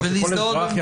כמו שכל אזרח יכול לעשות.